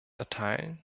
erteilen